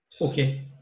Okay